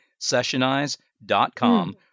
sessionize.com